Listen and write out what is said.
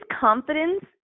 confidence